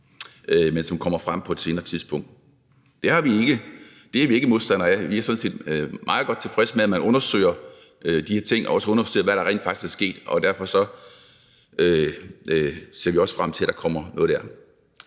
men som kommer frem på et senere tidspunkt. Det er vi ikke modstandere af. Vi er sådan set meget godt tilfreds med, at man undersøger de her ting og også undersøger, hvad der rent faktisk er sket, og derfor ser vi også frem til, at der kommer noget der.